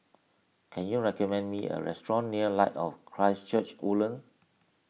can you recommend me a restaurant near Light of Christ Church Woodlands